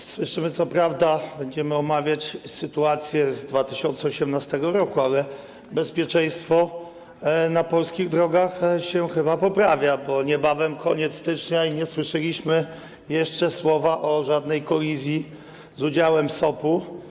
Jak słyszymy, co prawda będziemy omawiać sytuację z 2018 r., ale bezpieczeństwo na polskich drogach chyba się poprawia, bo niebawem koniec stycznia, a nie słyszeliśmy jeszcze słowa o żadnej kolizji z udziałem SOP-u.